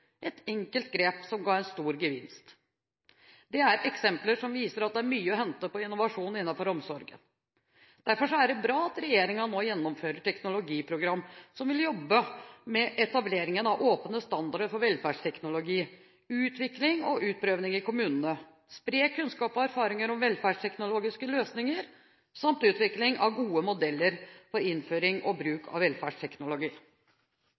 et enkelt grep som ga stor gevinst. Det er eksempler som viser at det er mye å hente på innovasjon innenfor omsorgen. Derfor er det bra at regjeringen nå gjennomfører teknologiprogram som vil jobbe med etablering av åpne standarder for velferdsteknologi, utvikling og utprøving i kommunene – og spre kunnskap og erfaringer om velferdsteknologiske løsninger samt utvikle gode modeller for innføring og